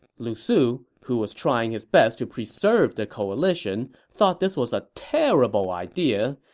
lu su, who was trying his best to preserve the coalition, thought this was a terrible idea,